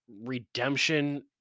redemption